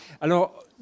Alors